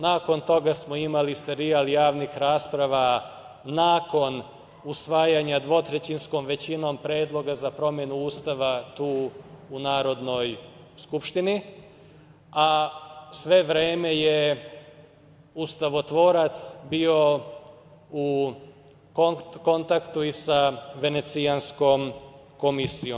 Nakon toga smo imali serijal javnih rasprava nakon usvajanja dvotrećinskom većinom predloga za promenu Ustava tu u Narodnoj skupštini, a sve vreme je ustavotvorac bio u kontaktu i sa Venecijanskom komisijom.